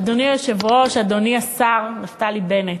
אדוני היושב-ראש, אדוני השר נפתלי בנט,